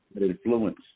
influence